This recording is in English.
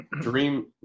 dream